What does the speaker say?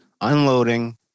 unloading